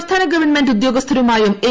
സംസ്ഥാന ഗവണ്മെന്റ് ഉദ്യോഗസ്ഥരുമായും എൻ